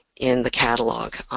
in the catalog.